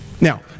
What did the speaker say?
Now